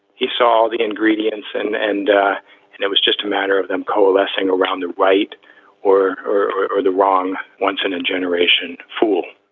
he saw the ingredients. and and and there was just a matter of them coalescing around the right or or the wrong once in a generation. fool